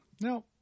No